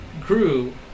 grew